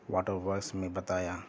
water ورس میں بتایا